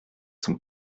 son